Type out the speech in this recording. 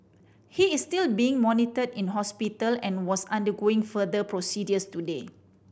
he is still being monitored in hospital and was undergoing further procedures today